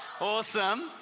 Awesome